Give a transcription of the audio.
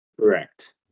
Correct